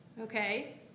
Okay